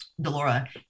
Delora